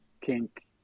kink